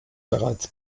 bereits